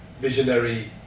visionary